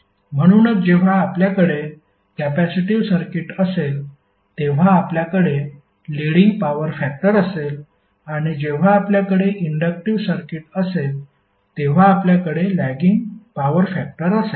म्हणूनच जेव्हा आपल्याकडे कॅपेसिटिव्ह सर्किट असेल तेव्हा आपल्याकडे लीडिंग पॉवर फॅक्टर असेल आणि जेव्हा आपल्याकडे इंडक्टिव्ह सर्किट असेल तेव्हा आपल्याकडे लॅगिंग पॉवर फॅक्टर असेल